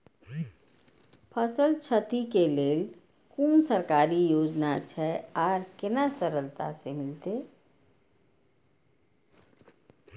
फसल छति के लेल कुन सरकारी योजना छै आर केना सरलता से मिलते?